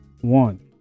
One